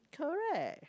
correct